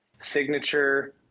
signature